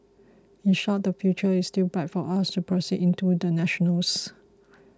in short the future is still bright for us to proceed into the national's